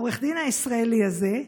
עורך הדין הישראלי הזה,